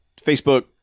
Facebook